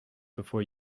before